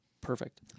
Perfect